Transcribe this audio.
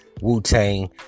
Wu-Tang